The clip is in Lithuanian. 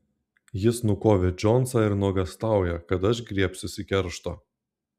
jis nukovė džonsą ir nuogąstauja kad aš griebsiuosi keršto